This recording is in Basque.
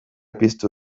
piztu